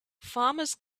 farmers